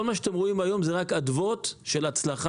כל מה שאתם רואים היום זה רק אדוות של הצלחה.